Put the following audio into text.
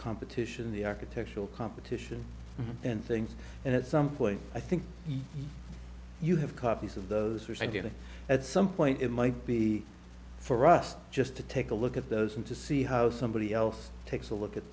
competition the architectural competition and things and at some point i think you have copies of those fears and you know at some point it might be for us just to take a look at those and to see how somebody else takes a look at